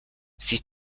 sie